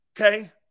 Okay